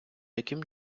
яким